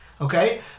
Okay